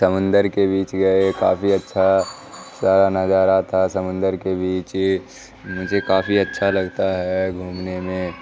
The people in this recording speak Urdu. سمندر کے بیچ گئے کافی اچھا سارا نظارہ تھا سمندر کے بیچ مجھے کافی اچھا لگتا ہے گھومنے میں